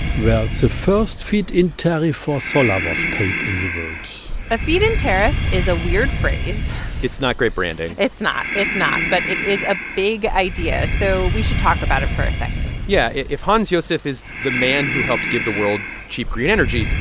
the the first feed-in tariff for solar was paid in the world a feed-in tariff is a weird phrase it's not great branding it's not. it's not. but it is a big idea, so we should talk about it for a second yeah. if hans-josef is the man who helped give the world cheap green energy,